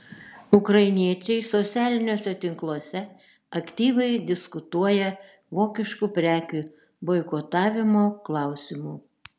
ukrainiečiai socialiniuose tinkluose aktyviai diskutuoja vokiškų prekių boikotavimo klausimu